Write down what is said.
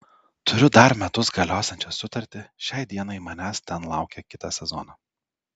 turiu dar metus galiosiančią sutartį šiai dienai manęs ten laukia kitą sezoną